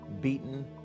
beaten